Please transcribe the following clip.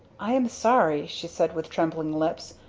i am sorry! she said with trembling lips.